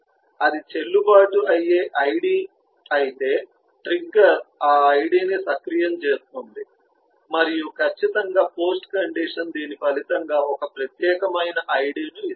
అది చెల్లుబాటు అయ్యే ఐడి ఐతే ట్రిగ్గర్ ఆ ఐడిని సక్రియం చేస్తుంది మరియు ఖచ్చితంగా పోస్ట్ కండిషన్ దీని ఫలితంగా ఒక ప్రత్యేకమైన ఐడి ఉంటుంది